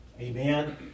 Amen